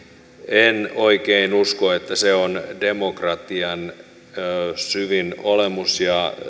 en oikein usko että se on demokratian syvin olemus